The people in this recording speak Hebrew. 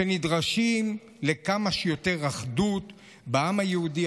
שבהם נדרשים לכמה שיותר אחדות בעם היהודי,